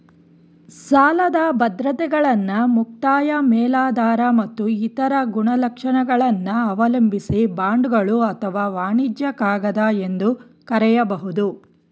ಸಾಲದ ಬದ್ರತೆಗಳನ್ನ ಮುಕ್ತಾಯ ಮೇಲಾಧಾರ ಮತ್ತು ಇತರ ಗುಣಲಕ್ಷಣಗಳನ್ನ ಅವಲಂಬಿಸಿ ಬಾಂಡ್ಗಳು ಅಥವಾ ವಾಣಿಜ್ಯ ಕಾಗದ ಎಂದು ಕರೆಯಬಹುದು